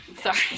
sorry